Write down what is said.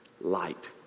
Light